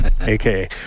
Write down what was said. aka